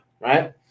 right